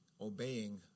obeying